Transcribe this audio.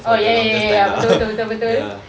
oh ya ya ya betul betul betul betul